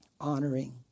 honoring